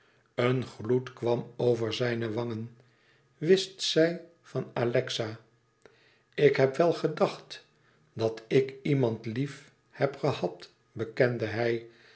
een gloed kwam over zijne wangen wist zij van alexa ik heb wel gedacht dat ik iemand lief heb gehad bekende hij